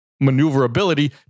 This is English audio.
maneuverability